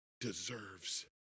deserves